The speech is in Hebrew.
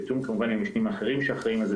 בתיאום כמובן עם משנים אחרים שאחראים על זה.